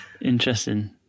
Interesting